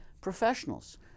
professionals